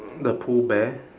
the pooh bear